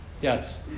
Yes